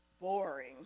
boring